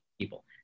people